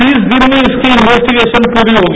तीस दिन में इसकी इन्वेस्टीगेसन पूरी होगी